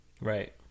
Right